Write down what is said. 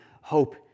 hope